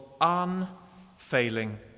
unfailing